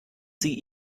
sie